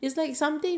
okay